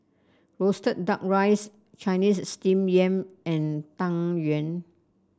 roasted duck rice Chinese Steamed Yam and Tang Yuen